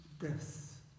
death